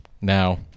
Now